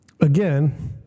again